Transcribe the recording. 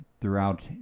throughout